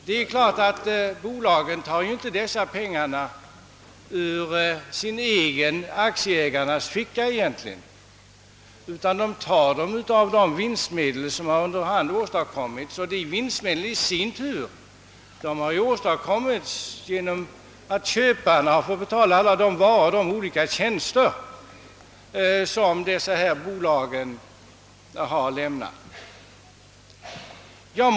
Det är klart att bolagen inte tar dessa pengar ur sin egen, d.v.s. aktieägarnas, ficka i egentlig mening, utan " de tar dem av de vinstmedel som under hand uppkommit. Dessa vinstmedel har i sin tur åstadkommits genom att köparna betalat för de olika varor och tjänster som dessa bolag lämnar.